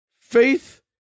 Faith